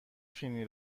فیلمی